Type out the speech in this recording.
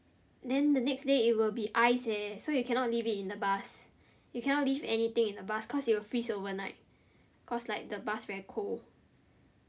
then the next day it will be ice leh so you cannot leave it in the bus you cannot leave anything in the bus cause it will freeze overnight cause like the bus very cold